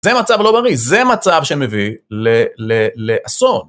זה מצב לא בריא, זה מצב שמביא לאסון.